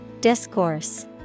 Discourse